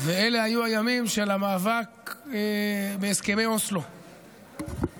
ואלה היו הימים של המאבק בהסכמי אוסלו 1994,